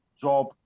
job